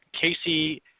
Casey